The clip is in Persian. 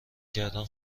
کردن